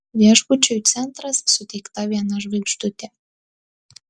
viešbučiui centras suteikta viena žvaigždutė